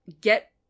get